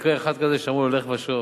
מקרה אחד כזה שאמרו לו לך ושוב.